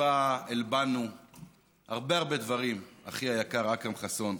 וטיפה הלבנו הרבה הרבה דברים, אחי היקר אכרם חסון.